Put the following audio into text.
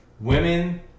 Women